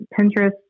Pinterest